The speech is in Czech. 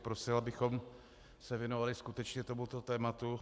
Prosil bych, abychom se věnovali skutečně tomuto tématu.